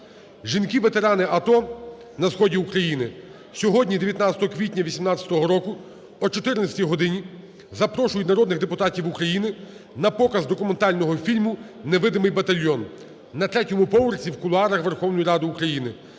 Жінки-ветерани АТО на сході України сьогодні, 19 квітня 2018 року, о 14 годині запрошують народних депутатів України на показ документального фільму "Невидимий батальйон", на третьому поверсі в кулуарах Верховної Ради України.